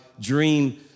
dream